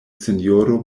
sinjoro